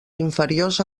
inferiors